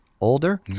older